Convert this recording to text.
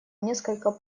несколько